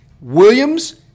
Williams